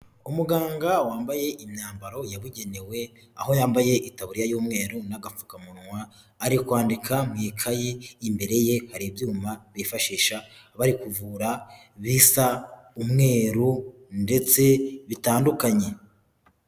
Umuganga wambaye imyambaro yabugenewe aho yambaye itaburiya y'umweru n'agapfukamunwa, ari kwandika mu ikayi, imbere ye hari ibyuma bifashisha bari kuvura bisa umweru ndetse bitandukanye.